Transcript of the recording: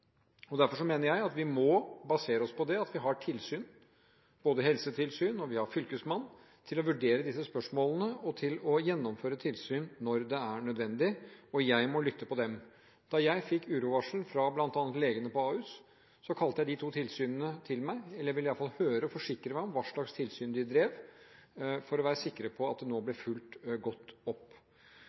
seg. Derfor mener jeg at vi må basere oss på det at vi har helsetilsyn. Og vi har Fylkesmannen som skal vurdere disse spørsmålene og gjennomføre tilsyn når det er nødvendig. Jeg må lytte til disse. Da jeg fikk urovarsel fra bl.a. legene på Ahus, kalte jeg de to tilsynene til meg – jeg ville iallfall høre og forsikre meg om hva slags tilsyn de drev, for å være sikker på at dette ble fulgt godt opp.